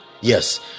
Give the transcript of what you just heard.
yes